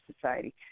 society